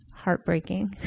heartbreaking